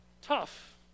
tough